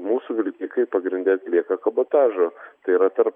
mūsų vilkikai pagrinde atlieka kabotažą tai yra per